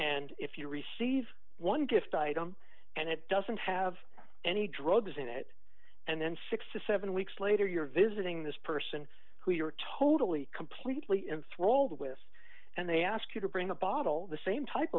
and if you receive one gift item and it doesn't have any drugs in it and then six to seven weeks later you're visiting this person who you are totally completely in thrall to with and they ask you to bring a bottle the same type